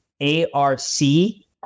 A-R-C